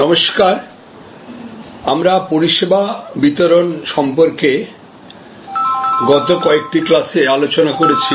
নমস্কার আমরা পরিষেবা বিতরণ সম্পর্কে গত কয়েকটি ক্লাসে আলোচনা করেছি